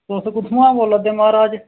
तुस कुत्थुआं बोल्लै दे माराज